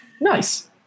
Nice